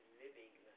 living